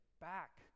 back